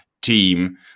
team